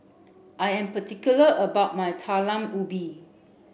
I am particular about my Talam Ubi